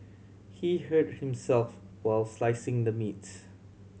he hurt himself while slicing the meats